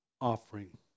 offering